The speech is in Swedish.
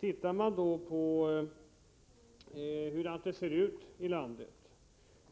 Tittar man på hur det ser ut i landet